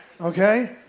Okay